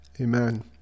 Amen